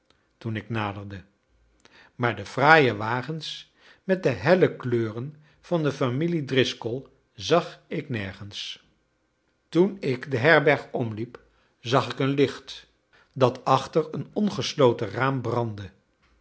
toen ik naderde maar de fraaie wagens met de helle kleuren van de familie driscoll zag ik nergens toen ik de herberg omliep zag ik een licht dat achter een ongesloten raam brandde